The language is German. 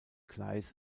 gleis